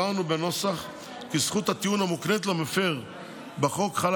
הבהרנו בנוסח כי זכות הטיעון המוקנית למפר בחוק חלה